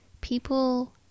people